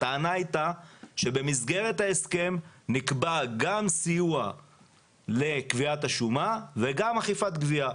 הטענה הייתה שבמסגרת ההסכם נקבע גם סיוע לקביעת השומה וגם אכיפת גבייה.